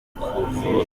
kuvura